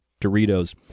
Doritos